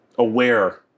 Aware